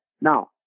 Now